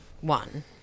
one